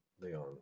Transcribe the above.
Leon